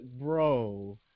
bro